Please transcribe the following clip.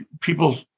people